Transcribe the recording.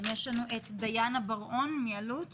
דיאנה בארון מאלו"ט